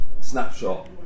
snapshot